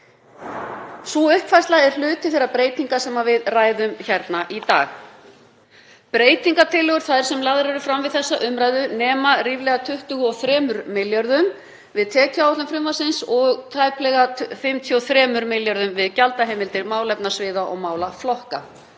Sú uppfærsla er hluti þeirra breytinga sem við ræðum hér í dag. Breytingartillögur þær sem lagðar eru fram við þessa umræðu nema ríflega 23 milljörðum við tekjuáætlun frumvarpsins og tæplega 53 milljörðum við gjaldaheimildir málefnasviða og málaflokka,